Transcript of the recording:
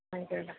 ആയിക്കോട്ടെ